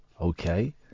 Okay